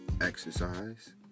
exercise